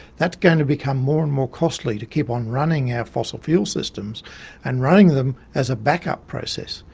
that's going to become more and more costly to keep on running our fossil fuel systems and running them as a backup process.